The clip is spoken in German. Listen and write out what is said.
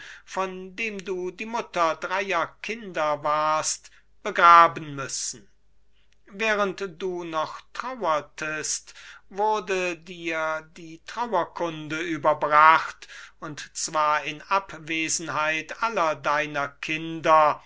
von dem du mutter dreier kinder warst begraben müssen während du noch trauertest wurde dir die trauerkunde überbracht und zwar in abwesenheit aller deiner kinder